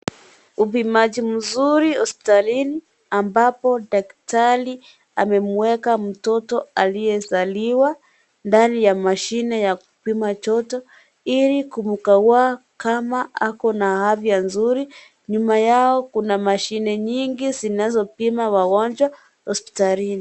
Upimaji mzuri hospitalini ambapo daktari amemuweka mtoto aliye zaliwa ndani mashine kinachopima joto ili kumkagua kama ako na afya nzuri. Nyuma yao kuna mashine nyingi zinazo pima wagonjwa hospitalini.